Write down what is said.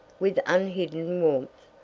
with unhidden warmth.